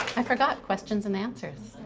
i forgot questions and answers.